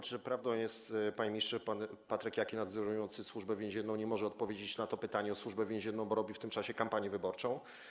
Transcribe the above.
Czy prawdą jest, panie ministrze, że pan Patryk Jaki nadzorujący Służbę Więzienną nie może odpowiedzieć na to pytanie o Służbę Więzienną, bo robi w tym czasie kampanię wyborczą?